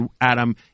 Adam